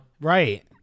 Right